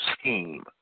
scheme